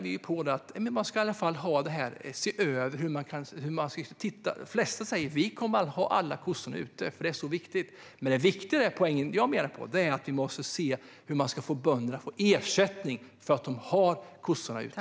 Vi tycker att man bör se över detta. De flesta säger att de kommer att ha alla kossorna ute eftersom det är så viktigt. Men poängen är att man måste se hur bönderna ska få ersättning för att ha kossorna ute.